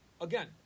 Again